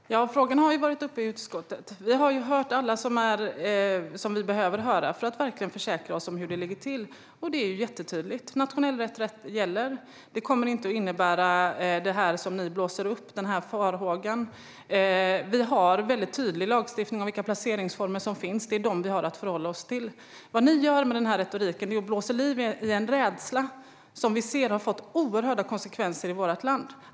Herr talman! Frågan har ju varit uppe i utskottet. Vi har hört alla som vi behöver höra för att förvissa oss om hur det ligger till. Det är jättetydligt: Nationell rätt gäller. Det kommer inte att innebära det ni blåser upp, den här farhågan. Vi har tydlig lagstiftning om vilka placeringsformer som finns. Det är dem vi har att förhålla oss till. Vad ni gör med den här retoriken är att underblåsa en rädsla som vi ser har fått oerhörda konsekvenser i vårt land.